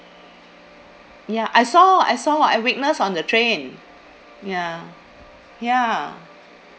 ya I saw I saw I witness on the train ya ya